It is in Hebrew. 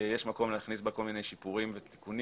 יש מקום להכניס בה כל מיני שיפורים ותיקונים,